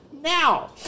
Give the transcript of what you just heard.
now